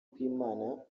kw’imana